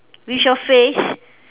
with your face